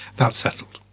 that's settled.